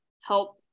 help